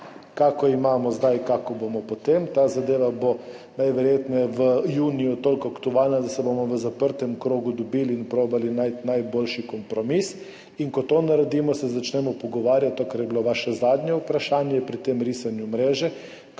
kako imamo zdaj, kako bomo potem. Ta zadeva bo najverjetneje v juniju toliko aktualna, da se bomo v zaprtem krogu dobili in poskušali najti najboljši kompromis. In ko to naredimo, se začnemo pogovarjati o tem, kar je bilo vaše zadnje vprašanje pri tem risanju mreže